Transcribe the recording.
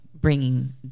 bringing